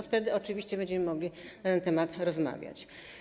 Wtedy oczywiście będziemy mogli na ten temat rozmawiać.